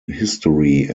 history